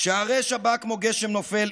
/ כשהרשע בא כמו גשם נופל,